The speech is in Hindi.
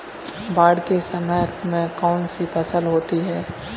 बाढ़ के समय में कौन सी फसल होती है?